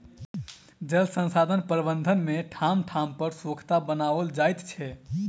जल संसाधन प्रबंधन मे ठाम ठाम पर सोंखता बनाओल जाइत छै